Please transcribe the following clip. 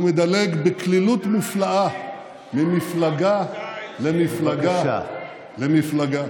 הוא מדלג בקלילות מופלאה ממפלגה למפלגה למפלגה.